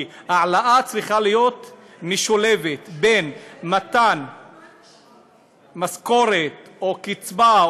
כי העלאה צריכה להיות משולבת בין מתן משכורת או קצבה,